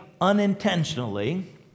unintentionally